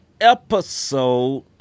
episode